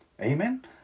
Amen